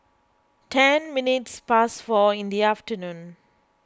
ten minutes past four in the afternoon